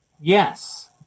yes